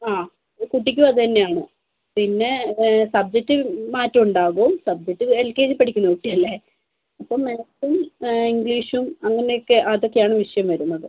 അ കുട്ടിക്കും അതുതന്നെയാണ് പിന്നെ സബ്ജെക്ട് മാറ്റം ഉണ്ടാവും സബ്ജെക്ട് എൽ കെ ജി പഠിക്കുന്ന കുട്ടിയല്ലേ അപ്പോൾ മാക്സിമം ഇംഗ്ലീഷും അങ്ങനൊക്കെ അതൊക്കെ ആണ് വിഷയം വരുന്നത്